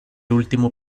último